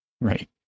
Right